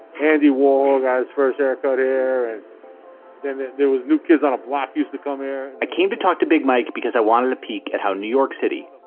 andy warhol guys first erica here. and then there was new kids on a block used to come here i came to talk to big mike because i wanted to peek at how new york city,